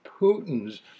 Putin's